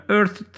Earth